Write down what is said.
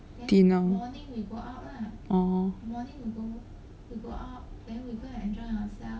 dinner oh